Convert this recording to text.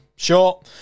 Sure